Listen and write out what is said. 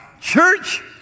Church